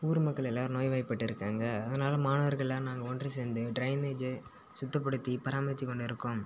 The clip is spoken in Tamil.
ஊர் மக்கள் எல்லோரும் நோய் வாய்பட்டு இருக்காங்க அதனால் மாணவர்களெலாம் நாங்கள் ஒன்று சேர்ந்து ட்ரைனேஜை சுத்தப்படுத்தி பராமரித்து கொண்டு இருக்கோம்